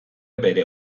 bere